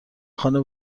خانه